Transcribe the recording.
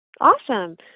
Awesome